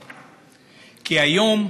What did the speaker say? עליהם.